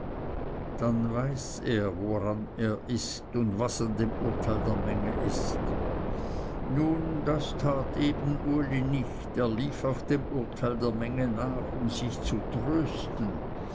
dann weiß er woran er ist und was an dem urteil der menge ist nun das tat eben uli nicht er lief auch dem urteil der menge nach um sich zu trösten